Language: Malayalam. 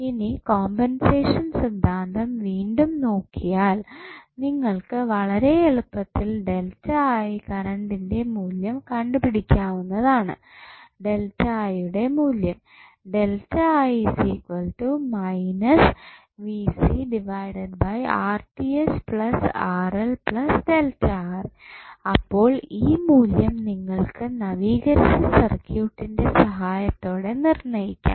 ഇനി കോമ്പൻസേഷൻ സിദ്ധാന്തം വീണ്ടും നോക്കിയാൽ നിങ്ങൾക്കു വളരെ എളുപ്പത്തിൽ കറണ്ടിന്റെ മൂല്യം കണ്ടുപിടിക്കാവുന്നതാണ് യുടെ മൂല്യം അപ്പോൾ ഈ മൂല്യം നിങ്ങൾക്ക് നവീകരിച്ച സർക്യൂട്ടിൻറെ സഹായത്തോടെ നിർണയിക്കാം